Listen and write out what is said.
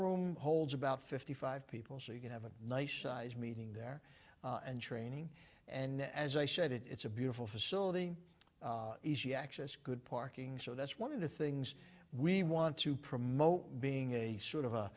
room holds about fifty five people so you can have a nice sized meeting there and training and as i said it's a beautiful facility easy access good parking so that's one of the things we want to promote being a sort of